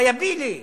ויאבילי.